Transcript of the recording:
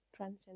Transgender